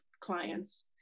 clients